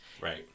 Right